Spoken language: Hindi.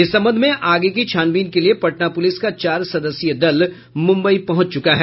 इस संबंध में आगे की छानबीन के लिए पटना पुलिस का चार सदस्यीय दल मुंबई पहुंच गया है